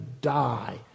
die